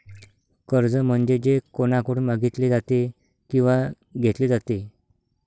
कर्ज म्हणजे जे कोणाकडून मागितले जाते किंवा घेतले जाते